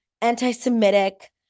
anti-Semitic